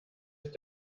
ist